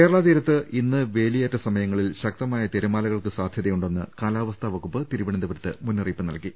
കേരള തീരത്ത് ഇന്ന് വേലിയേറ്റ സമയങ്ങളിൽ ശക്തമായ തിരമാലകൾക്ക് സാധ്യതയുണ്ടെന്ന് കാലാവസ്ഥാ വകുപ്പ് തിരുവനന്തപുരത്ത് മുന്നറിയിപ്പ് നൽകി